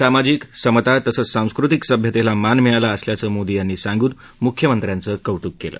सामाजिक समता तसंच सांस्कृतिक सभ्यतेला मान मिळाला असल्याचं मोदी यांनी सांगून मुख्यमंत्र्यांचं कौतुक केलं